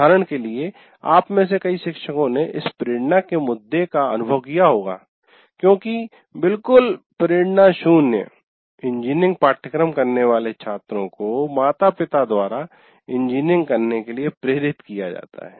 उदाहरण के लिए आप में से कई शिक्षकों ने इस प्रेरणा के मुद्दे का अनुभव किया होगा क्योंकि बिल्कुल प्रेरणा शून्य इंजीनियरिंग पाठ्यक्रम करने वाले छात्रों को माता पिता द्वारा इंजीनियरिंग करने के लिए प्रेरित किया जाता है